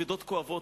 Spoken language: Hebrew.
אבדות כואבות,